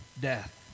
death